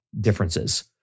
differences